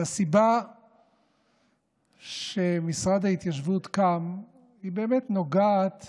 והסיבה שמשרד ההתיישבות קם באמת לא נוגעת